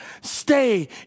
stay